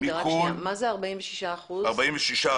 מה זה ה-46 אחוזים?